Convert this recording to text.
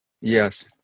Yes